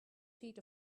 feet